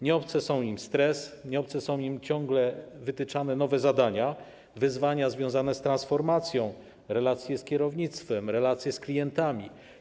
Nieobce są im stres, nieobce są im wytyczane ciągle nowe zadania, wyzwania związane z transformacją, relacje z kierownictwem, relacje z klientami.